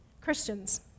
Christians